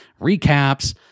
recaps